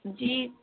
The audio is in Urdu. جی